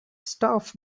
staff